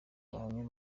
abahamya